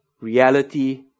reality